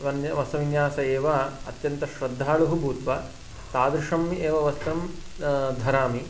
वन्यः वस्त्रविन्यासे एव अत्यन्तः श्रद्धालुः भूत्वा तादृशम् एव वस्त्रं धरामि